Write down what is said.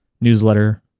newsletter